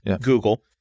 Google